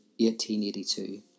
1882